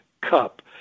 cup